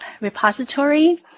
repository